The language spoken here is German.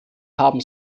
haben